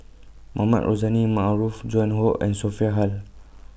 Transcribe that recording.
Mohamed Rozani Maarof Joan Hon and Sophia Hull